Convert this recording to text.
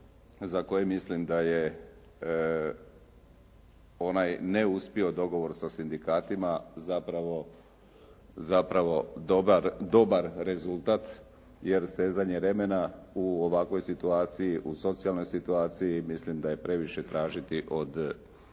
za koje mislim da je onaj neuspio dogovor sa sindikatima, zapravo dobar rezultat, jer stezanje remena u ovakvoj situaciji u socijalnoj situaciji mislim da je previše tražiti od